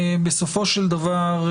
בסופו של דבר,